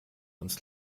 uns